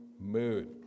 Mood